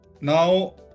Now